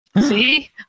See